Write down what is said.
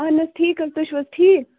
اَہن حظ ٹھیٖک حظ تُہۍ چھُو حظ ٹھیٖک